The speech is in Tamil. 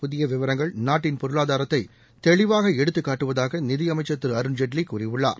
புதியவிவரங்கள் நாட்டின் பொருளாதாரத்தைதெளிவாகஎடுத்துக் காட்டுவதாகநிதியமைச்சர் திருஅருண்ஜேட்லிகூறியுள்ளார்